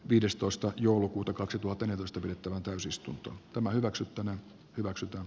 viidestoista joulukuuta kaksituhatta neliöstä pidettävään täysistuntoon tämä hyväksyttäneen hyväksytä